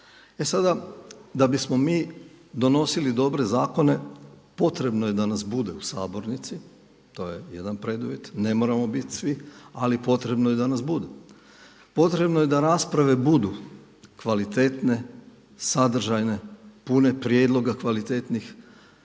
E sada da bismo mi donosili dobre zakone potrebno je da nas bude u sabornici, to je jedan preduvjet. Ne moramo bit svi, ali potrebno je da nas bude. Potrebno je da rasprave budu kvalitetne, sadržajne, pune prijedloga kvalitetnih.